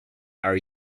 are